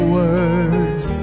words